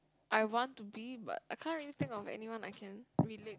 I want to be but I can't really think of anyone I can relate